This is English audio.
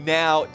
now